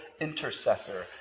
intercessor